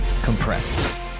Compressed